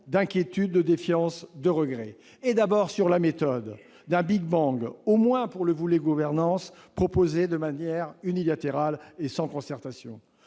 d'inquiétudes, de défiance, de regrets. D'abord, sur la méthode d'un big-bang, au moins pour le volet gouvernance, proposé de manière unilatérale, sans concertation,